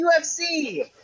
UFC